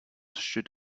should